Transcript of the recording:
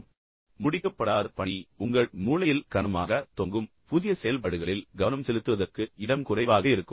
எனவே முடிக்கப்படாத பணி உங்கள் மூளையில் கனமாக தொங்கும் இதனால் புதிய செயல்பாடுகளில் கவனம் செலுத்துவதற்கும் கவனம் செலுத்துவதற்கும் உங்களுக்கு இடம் குறைவாக இருக்கும்